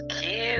cute